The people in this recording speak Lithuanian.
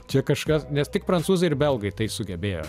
čia kažkas nes tik prancūzai ir belgai tai sugebėjo